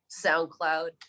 SoundCloud